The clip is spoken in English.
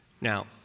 Now